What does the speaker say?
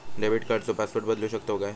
Debit कार्डचो password बदलु शकतव काय?